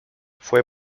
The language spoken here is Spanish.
fue